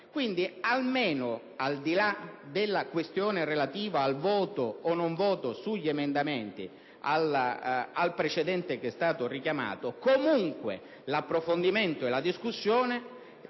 Quindi, al di là della questione relativa al voto o non voto sugli emendamenti e al precedente che è stato richiamato, l'approfondimento e la discussione